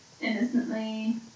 innocently